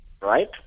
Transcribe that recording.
right